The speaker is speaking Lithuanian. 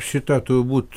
šitą turbūt